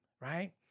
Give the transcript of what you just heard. right